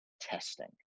testing